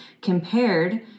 compared